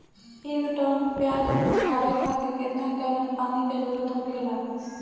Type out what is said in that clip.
एक टन प्याज उठावे खातिर केतना गैलन पानी के जरूरत होखेला?